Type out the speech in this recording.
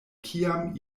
kiam